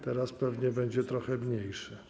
Teraz pewnie będzie trochę mniejszy.